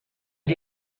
die